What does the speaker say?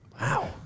wow